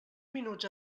minuts